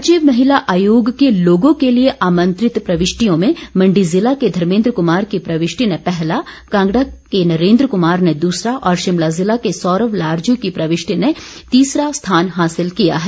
राज्य महिला आयोग के लोगो के लिए आमंत्रित प्रविष्टियों में मंडी जिला के धर्मेद्र क्मार की प्रविष्ट ने पहला कांगड़ा के नरेंद्र कमार ने दूसरा और शिमला जिला के सौरव लारजू की प्रविष्ट ने तीसरा स्थान हासिल किया है